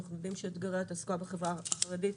אנחנו יודעים שאתגרי התעסוקה בחברה החרדית